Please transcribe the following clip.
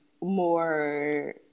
more